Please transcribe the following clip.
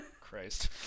Christ